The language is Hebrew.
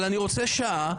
אבל אני רוצה שעה,